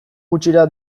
gutxira